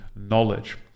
knowledge